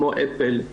כמו אפל,